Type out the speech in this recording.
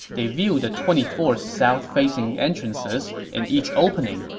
they viewed the twenty four south-facing entrances. in each opening,